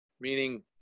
meaning